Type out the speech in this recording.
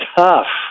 tough